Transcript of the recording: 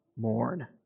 mourn